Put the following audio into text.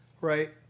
right